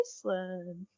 Iceland